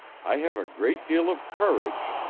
i have a great deal of courage,